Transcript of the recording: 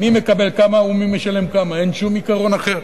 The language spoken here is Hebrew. מי מקבל כמה ומי משלם כמה, אין שום עיקרון אחר.